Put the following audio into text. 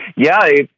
yeah.